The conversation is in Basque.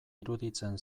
iruditzen